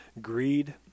greed